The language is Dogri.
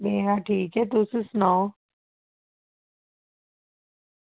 मेरा ठीक ऐ तुस सनाओ